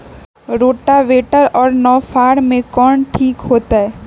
Rotavator और नौ फ़ार में कौन ठीक होतै?